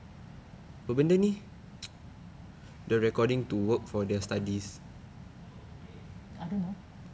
I don't know